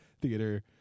theater